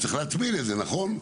צריך להטמין את זה, נכון?